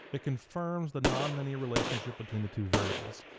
it confirms the nonlinear relationship between the two variables.